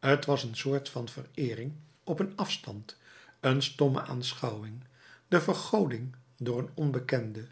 t was een soort van vereering op een afstand een stomme aanschouwing de vergoding door een onbekende